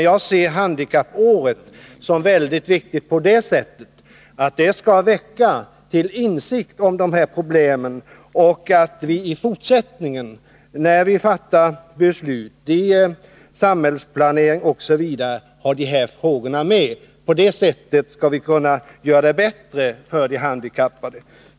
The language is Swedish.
Jag ser handikappåret som mycket viktigt på det sättet att det skall väcka till insikt om de handikappades problem och att vi i fortsättningen, när vi fattar beslut i samhällsplanering osv., skall ha dessa frågor med i bilden. Därigenom skall vi kunna göra det bättre för de handikappade.